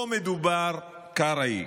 לא מדובר, קרעי,